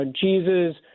Jesus